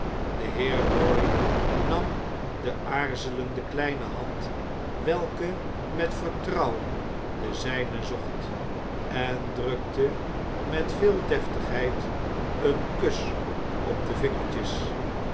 de heer lorry nam de aarzelende kleine hand welke met vertrouwen de zijne zocht en drukte met veel deftigheid een kus op de vingertjes